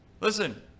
Listen